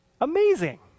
amazing